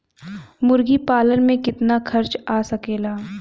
मुर्गी पालन में कितना खर्च आ सकेला?